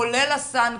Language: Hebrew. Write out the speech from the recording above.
כולל הסנקציות,